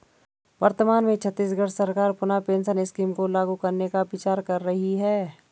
वर्तमान में छत्तीसगढ़ सरकार पुनः पेंशन स्कीम को लागू करने का विचार कर रही है